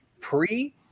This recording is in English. pre